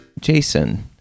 jason